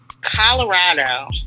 Colorado